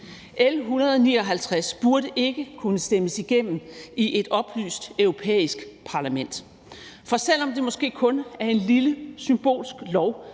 L 159 burde ikke kunne stemmes igennem i et oplyst europæisk parlament. For selv om det måske kun er en lille symbolsk lov,